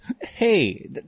Hey